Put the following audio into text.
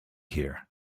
here